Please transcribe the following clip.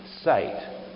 Sight